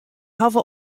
hawwe